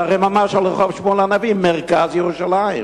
זה הרי ממש על רחוב שמואל הנביא, מרכז ירושלים.